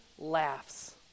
laughs